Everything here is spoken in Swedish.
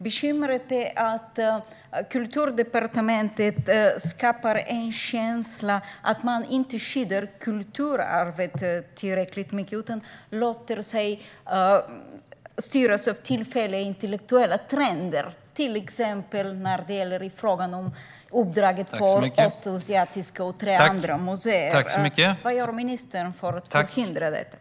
Bekymret är att Kulturdepartementet skapar en känsla av att man inte skyddar kulturarvet tillräckligt mycket utan låter sig styras av tillfälliga intellektuella trender, till exempel när det gäller uppdraget för Östasiatiska museet och tre andra museer. Vad gör ministern för att förhindra detta?